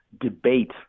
debate